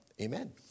Amen